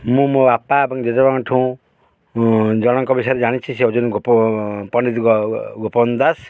ମୁଁ ମୋ ବାପା ଏବଂ ଜେଜେବାପାଙ୍କଠୁ ଜଣଙ୍କ ବିଷୟରେ ଜାଣିଛି ସେ ହଉଛନ୍ତି ପଣ୍ଡିତ ଗୋପବନ୍ଧୁ ଦାସ